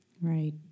right